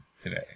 today